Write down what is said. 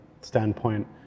standpoint